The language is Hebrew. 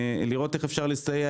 לראות איך אפשר לסייע,